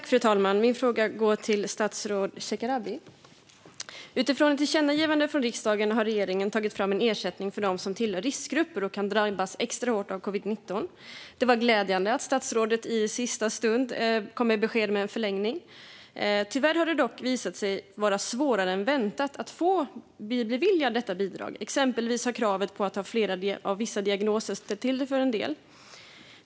Fru talman! Min fråga går till statsrådet Shekarabi. Utifrån ett tillkännagivande från riksdagen har regeringen tagit fram en ersättning för dem som tillhör riskgrupper och kan drabbas extra hårt av covid-19. Det var glädjande att statsrådet i sista stund kom med besked om en förlängning. Tyvärr har det dock visat sig vara svårare än väntat att bli beviljad detta bidrag. Exempelvis har kravet på att ha flera av vissa diagnoser ställt till det för en del.